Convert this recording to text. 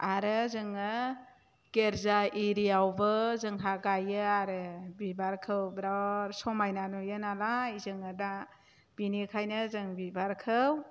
आरो जोङो गिरजा इरिआवबो जोंहा गायो आरो बिबारखौ बिराद समायना नुयो नालाय जोङो दा बिनिखायनो जों बिबारखौ